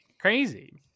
crazy